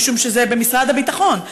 משום שזה במשרד הביטחון,